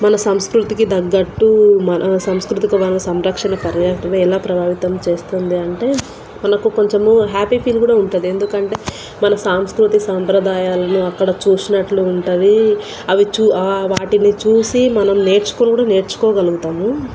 మన సంస్కృతికి తగ్గట్టు మన సంస్కృతిక మన సంరక్షణ పర్యామ ఎలా ప్రభావితం చేస్తుంది అంటే మనకు కొంచెము హ్యాపీ ఫీల్ కూడా ఉంటుంది ఎందుకంటే మన సంస్కృతి సాంప్రదాయాలను అక్కడ చూసినట్లు ఉంటుంది అవి చూ వాటిని చూసి మనం నేర్చుకుని కూడా నేర్చుకోగలుగుతాము